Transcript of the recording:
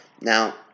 Now